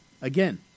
again